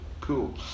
cool